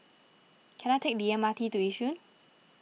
can I take the M R T to Yishun